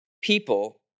people